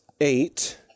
eight